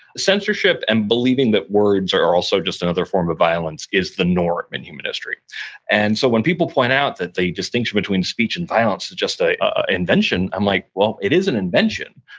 censorship and believing that words are also just another form of violence is the norm in human history and so when people point out that the distinction between speech and violence is just ah an invention, i'm like, well, it is an invention,